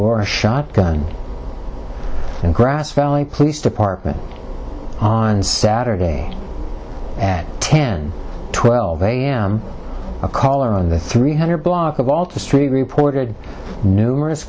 a shotgun and grass valley police department on saturday at ten twelve a m a caller on the three hundred block of walter street reported numerous